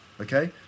Okay